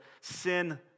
sin